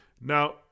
Now